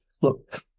Look